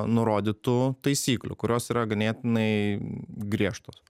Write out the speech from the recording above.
nurodytų taisyklių kurios yra ganėtinai griežtos